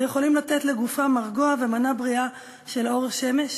ויכולים לתת לגופם מרגוע ומנה בריאה של אור שמש